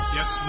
Yes